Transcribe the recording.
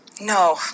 No